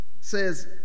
says